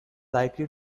likely